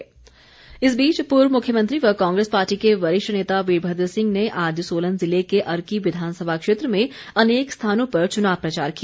चुनाव प्रचार वीरभद्र इस बीच पूर्व मुख्यमंत्री व कांग्रेस पार्टी के वरिष्ठ नेता वीरभद्र सिंह ने आज सोलन ज़िले के अर्की विधानसभा क्षेत्र में अनेक स्थानों पर चुनाव प्रचार किया